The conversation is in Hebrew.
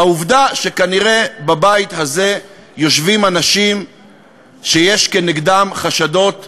העובדה שכנראה בבית הזה יושבים אנשים שיש נגדם חשדות פליליים,